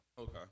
okay